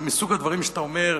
זה מסוג הדברים שאתה אומר: